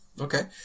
Okay